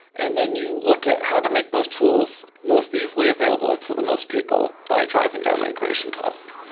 and then you look at how to make those tools most easily available to the most people by driving down the integration cost.